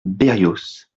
berrios